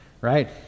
right